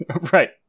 Right